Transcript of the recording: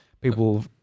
people